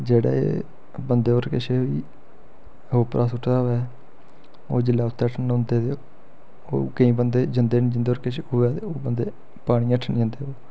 जेह्ड़े बंदे पर किश ओह् उप्परा सुट्टे दा होऐ ओह् जेल्लै उत्थें न्होंदे ते ओह् केईं बंदे जंदे न जिंदे पर किश होऐ ते बंदे पानी हेठ न्होंदे